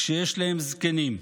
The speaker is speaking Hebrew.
כשיש להם זקנים.